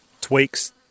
tweaks